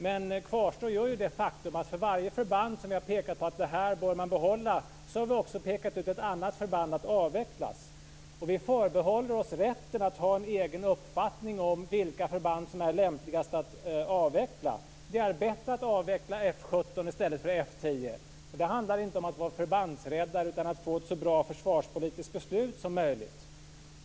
Men kvarstår gör ju det faktum att vi för varje förband som vi har pekat på och sagt att man bör behålla också har pekat ut ett annat förband att avveckla. Vi förbehåller oss rätten att ha en egen uppfattning om vilka förband som är lämpligast att avveckla. Det är bättre att avveckla F 17 än F 10. Det handlar inte om att vara förbandsräddare utan om att få ett så bra försvarspolitiskt beslut som möjligt.